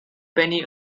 penny